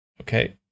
okay